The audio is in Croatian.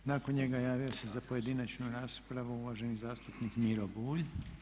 Nakon njega javio se za pojedinačnu raspravu uvaženi zastupnik Miro Bulj.